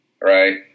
right